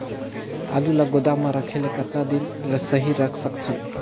आलू ल गोदाम म रखे ले कतका दिन सही रख सकथन?